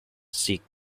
seek